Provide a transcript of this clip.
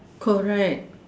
correct